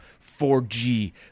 4G